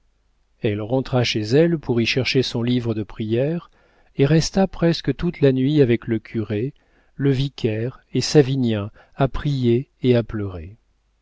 elle rentra chez elle pour y chercher son livre de prières et resta presque toute la nuit avec le curé le vicaire et savinien à prier et à pleurer